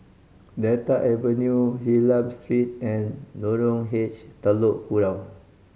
Delta Avenue Hylam Street and Lorong H Telok Kurau